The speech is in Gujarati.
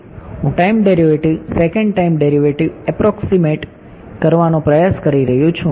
હું time derivative second time derivative approximate કરવાનો પ્રયાસ કરી રહ્યો છું